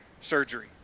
surgery